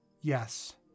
Yes